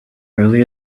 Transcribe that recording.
early